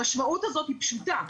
המשמעות הזאת היא פשוטה,